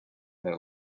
their